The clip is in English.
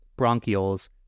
bronchioles